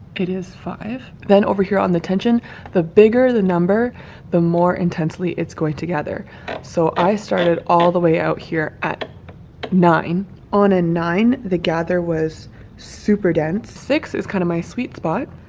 it is five then over here on the tension the bigger the number the more intensely it's going to gather so i started all the way out here at nine on a nine the gather was super dense six is kind of my sweet spot.